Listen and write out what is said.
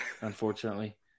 unfortunately